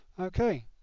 Okay